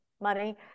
money